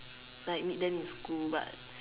like meet them in school but